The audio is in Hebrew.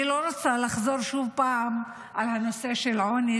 אני לא רוצה לחזור שוב פעם על הנושא של העוני,